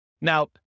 now